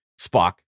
Spock